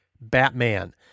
Batman